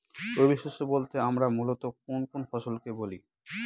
রবি শস্য বলতে আমরা মূলত কোন কোন ফসল কে বলি?